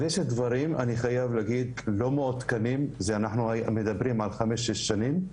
אני חייב להגיד שיש דברים לא מעודכנים - אנחנו מדברים על חמש-שש שנים,